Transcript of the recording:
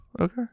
Okay